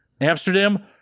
Amsterdam